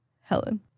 Helen